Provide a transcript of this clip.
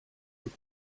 gute